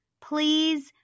Please